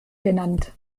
genannt